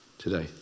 today